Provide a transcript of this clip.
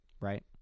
right